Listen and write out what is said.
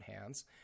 hands